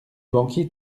banquier